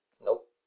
Nope